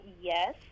yes